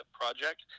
project